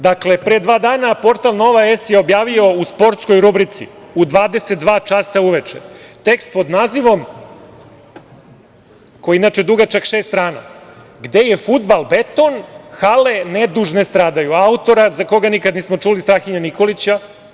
Dakle, pre dva dana portal „Nova S“ je objavio u sportskoj rubrici u 22.00 časova tekst koji je inače dugačak šest strana, pod nazivom – gde je fudbal beton hale nedužne stradaju, a autora za koga nikada nismo čuli, Strahinje Nikolića.